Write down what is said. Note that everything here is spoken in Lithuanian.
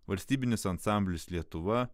valstybinis ansamblis lietuva